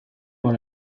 dans